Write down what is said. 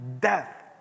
death